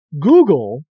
Google